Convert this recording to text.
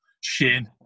shin